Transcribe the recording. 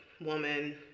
woman